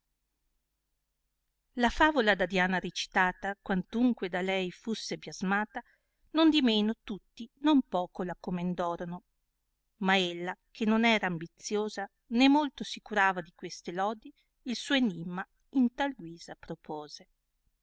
la favola da diana recitata quantunque da leifusse biasmata nondimeno tutti non poco la comendorona ma ella che non era ambiziosa né molto si curava di queste lodi il suo enimma in tal guisa propose